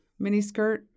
miniskirt